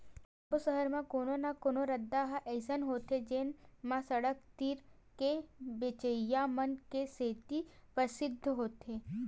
सब्बो सहर म कोनो न कोनो रद्दा ह अइसे होथे जेन म सड़क तीर के बेचइया मन के सेती परसिद्ध होथे